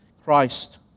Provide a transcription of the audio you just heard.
Christ